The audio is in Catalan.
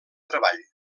treball